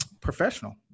professional